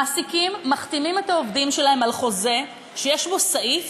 מעסיקים מחתימים את העובדים שלהם על חוזה שיש בו סעיף